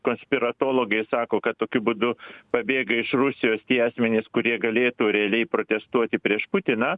konspiratologai sako kad tokiu būdu pabėga iš rusijos tie asmenys kurie galėtų realiai protestuoti prieš putiną